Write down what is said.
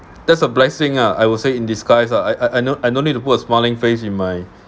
that's a blessing ah I would say in disguise lah I I no I no need to put a smiling face in my